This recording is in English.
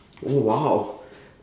oh !wow!